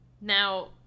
Now